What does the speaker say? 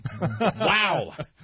Wow